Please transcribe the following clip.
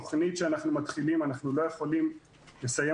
תוכנית שאנחנו מתחילים אנחנו לא יכולים לסיים